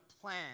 plan